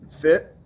fit